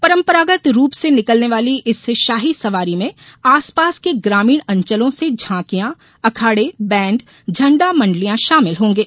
परंपरागत रूप से निकलने वाली इस शाही सवारी में आस पास के ग्रामीण अंचलों से झांकियां अखाड़े बैन्ड झंडा मंडलियां शामिल होंगे